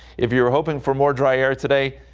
if you're hoping for more dry air today.